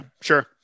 sure